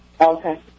Okay